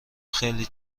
خیلی